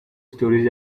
stories